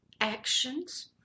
actions